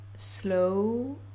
slow